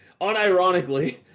Unironically